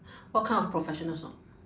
what kind of professional sport